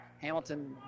Hamilton